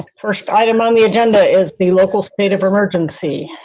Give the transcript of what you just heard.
first item on the agenda is the local state of emergency.